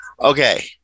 Okay